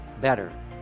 better